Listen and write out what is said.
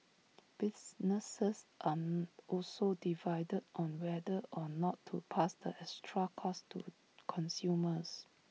businesses are also divided on whether or not to pass the extra costs to consumers